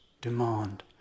demand